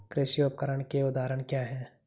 कृषि उपकरण के उदाहरण क्या हैं?